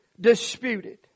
disputed